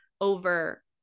over